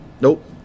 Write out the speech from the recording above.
Nope